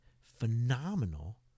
phenomenal